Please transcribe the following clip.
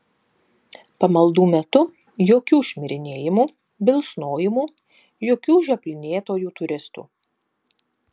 pamaldų metu jokių šmirinėjimų bilsnojimų jokių žioplinėtojų turistų